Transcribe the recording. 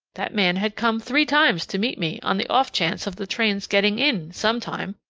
that man had come three times to meet me on the off chance of the train's getting in some time.